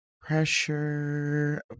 Pressure